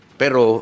pero